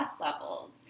levels